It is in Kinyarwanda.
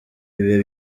ibihe